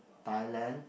Thailand